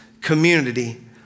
Community